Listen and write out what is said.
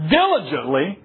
diligently